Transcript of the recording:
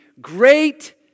great